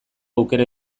aukera